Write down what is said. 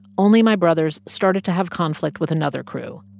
only my brothers started to have conflict with another crew,